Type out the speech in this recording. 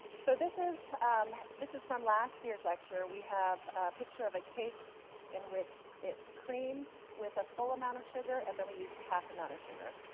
so this is this is from last year's lecture, we have a picture of a cake in which it's creamed with a full amount of sugar, and then we use half amount of sugar.